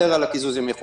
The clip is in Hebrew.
על קיזוז ימי החופשה,